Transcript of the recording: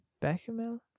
bechamel